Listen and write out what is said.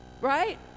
right